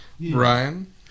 Ryan